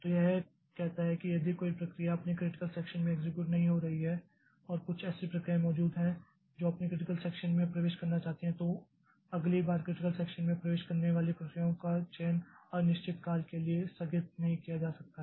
तो यह कहता है कि यदि कोई प्रक्रिया अपने क्रिटिकल सेक्षन में एक्सेक्यूट नहीं हो रही है और कुछ ऐसी प्रक्रियाएं मौजूद हैं जो अपने क्रिटिकल सेक्षन में प्रवेश करना चाहती हैं तो अगली बार क्रिटिकल सेक्षन में प्रवेश करने वाली प्रक्रियाओं का चयन अनिश्चित काल के लिए स्थगित नहीं किया जा सकता है